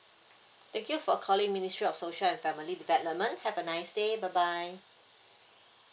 thank you for calling ministry of social and family development have a nice day bye bye